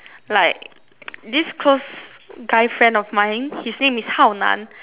like this close guy friend of mine his name is hao nan